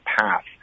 path